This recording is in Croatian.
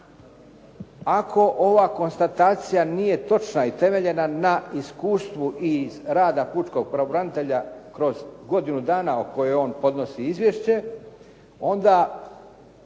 Ako ova konstatacija nije točna i temeljena na iskustvu i rada pučkog pravobranitelja kroz godinu dana o kojoj on podnosi izvješće, onda